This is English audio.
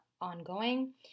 ongoing